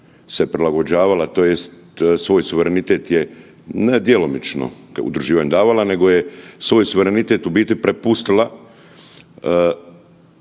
se prilagođavala tj. svoj suverenitet je ne djelomično pri udruživanju davala nego je svoj suverenitet u biti prepustila